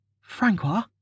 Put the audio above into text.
Francois